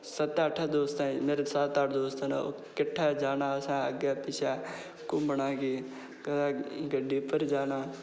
सत्तें अट्ठें दोस्तें मेरे सत्त अट्ठ दोस्त न ओह् किट्ठे जाना असें अग्गें पिच्छें घुम्मना की गड्डी पर जाना